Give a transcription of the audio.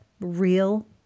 real